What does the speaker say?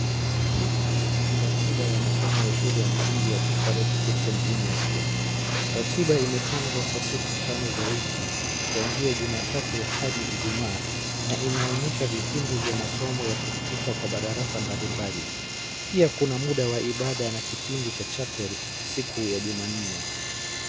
Hiki ni ratiba ya masomo ya shuleya msingi ya Thika Road Christian junior school. Ratiba imepangwa kwa siku tano za wiki. Kuanzia jumatatu hadi ijumaa na inaonyesha vipindi vya masomo ya kompyuta kwa madarasa mbalimbali. Pia kuna munda wa ibada na kipindi cha chapel siku ya jumanne.